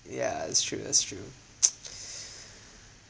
yeah that's true that's true